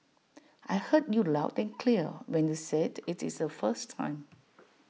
I heard you loud and clear when you said IT is A first time